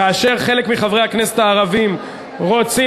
כאשר חלק מחברי הכנסת הערבים רוצים,